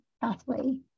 Pathway